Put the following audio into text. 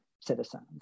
citizens